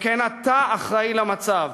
שכן אתה אחראי למצב.